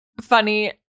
funny